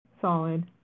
solid